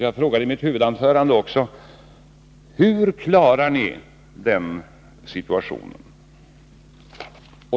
Jag frågade i mitt huvudanförande också: Hur klarar ni den situationen?